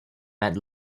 met